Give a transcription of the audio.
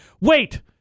wait